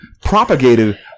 propagated